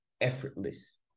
effortless